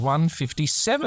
157